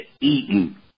eaten